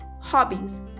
hobbies